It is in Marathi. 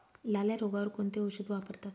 लाल्या रोगावर कोणते औषध वापरतात?